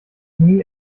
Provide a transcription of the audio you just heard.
nie